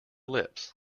lips